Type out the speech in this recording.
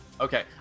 Okay